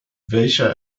welcher